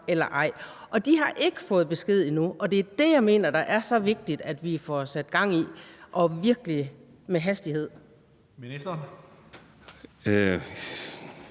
eller ej, og de har ikke fået besked endnu, og det er det, jeg mener er så vigtigt at vi får sat gang i, og at det sker med en vis